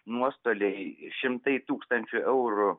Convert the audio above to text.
nuostoliai šimtai tūkstančių eurų